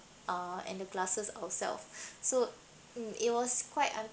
uh and the glasses ourself so it was quite